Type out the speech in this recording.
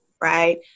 right